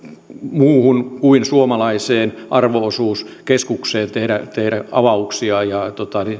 muuhun kuin suomalaiseen arvo osuuskeskukseen tehdä tehdä avauksia ja